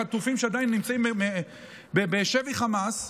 חטופים שעדיין נמצאים בשבי חמאס,